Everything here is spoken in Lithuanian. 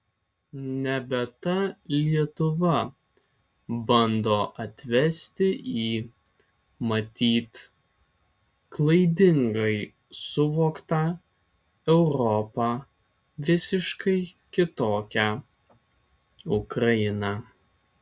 nebe ta lietuva bando atvesti į matyt klaidingai suvoktą europą visiškai kitokią ukrainą